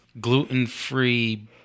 gluten-free